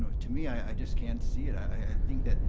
to me, i just can't see it. i think that,